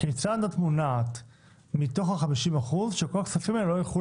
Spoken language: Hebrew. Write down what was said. כיצד את מונעת מתוך ה-50% שכל הכספים האלה לא יילכו